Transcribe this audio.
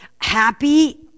happy